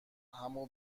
همو